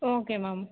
okay ma'am